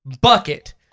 Bucket